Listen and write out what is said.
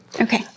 Okay